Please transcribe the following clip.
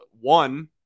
one